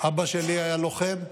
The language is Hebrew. אבא שלי היה לוחם,